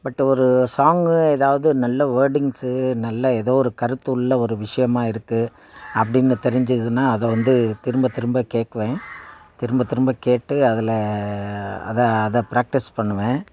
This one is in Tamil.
பட் ஒரு சாங்கு எதாவது நல்ல வேர்டிங்ஸு நல்ல எதோ ஒரு கருத்துள்ள ஒரு விஷியமாக இருக்கு அப்படின்னு தெரிஞ்சதுன்னா அதை வந்து திரும்ப திரும்ப கேக்குவேன் திரும்ப திரும்ப கேட்டு அதில் அதை அதை ப்ராக்டிஸ் பண்ணுவேன்